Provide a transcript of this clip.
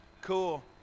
Cool